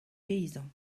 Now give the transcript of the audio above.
paysans